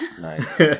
Nice